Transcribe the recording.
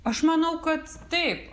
aš manau kad taip